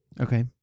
Okay